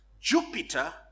Jupiter